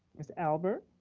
ms. albert?